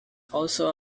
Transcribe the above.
also